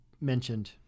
mentioned